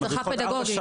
הדרכה פדגוגית?